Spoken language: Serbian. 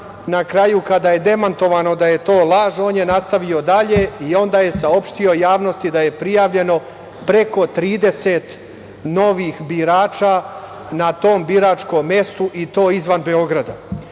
Na kraju kada je demantovano da je to laž, on je nastavio dalje i onda je saopštio javnosti da je prijavljeno preko 30 novih birača na tom biračkom mestu i to izvan Beograda. Kao